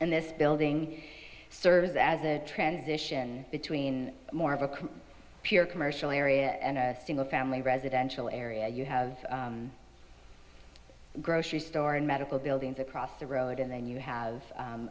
and this building serves as a transition between more of a can peer commercial area and a single family residential area you have grocery store and medical buildings across the road and then you have